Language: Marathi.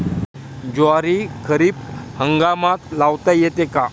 ज्वारी खरीप हंगामात लावता येते का?